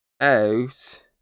out